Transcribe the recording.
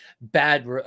bad